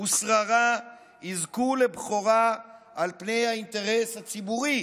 ושררה יזכו לבכורה על פני האינטרס הציבורי.